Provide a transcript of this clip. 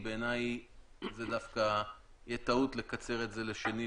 שהוא בעל הסמכות להוציא תזכיר חוק.